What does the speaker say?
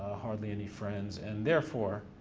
hardly any friends and therefore,